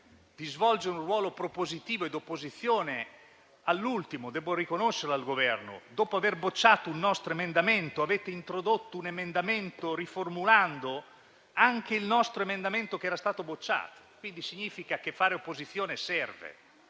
di svolgere un ruolo propositivo e di opposizione, all'ultimo - devo riconoscerlo al Governo -, dopo aver bocciato un nostro emendamento, avete introdotto un emendamento riformulando anche il nostro che era stato respinto. Questo significa quindi che fare opposizione serve.